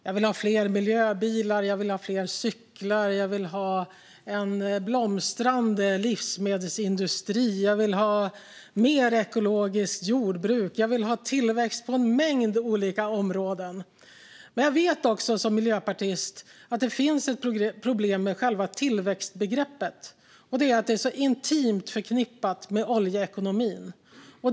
Jag vill ha fler miljöbilar och cyklar, och jag vill ha en blomstrande livsmedelsindustri och mer ekologiskt jordbruk. Jag vill ha tillväxt på en mängd olika områden. Men som miljöpartist vet jag också att det finns ett problem med själva tillväxtbegreppet, och det är att det är så intimt förknippat med oljeekonomin.